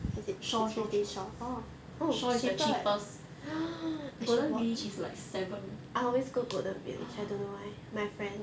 shaw shaw shaw shaw is the cheapest golden village is like seven